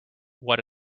what